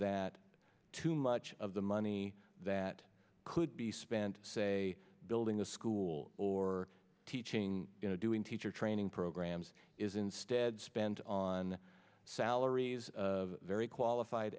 that too much of the money that could be spent say building a school or teaching doing teacher training programs is instead spent on salaries of very qualified